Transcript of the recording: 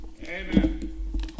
Amen